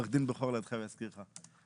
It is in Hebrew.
עורך דין בכור לידכם יזכיר לך.